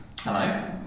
Hello